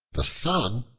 the sun,